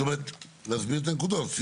זאת אומרת, להסביר את הנקודות.